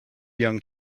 young